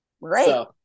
Right